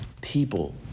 People